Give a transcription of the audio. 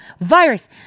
virus